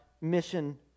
mission